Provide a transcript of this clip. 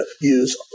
use